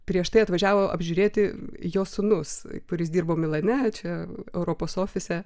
prieš tai atvažiavo apžiūrėti jo sūnus kuris dirbo milane čia europos ofise